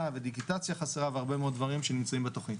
ודיגיטציה חסרה והרבה מאוד דברים שנמצאים בתוכנית.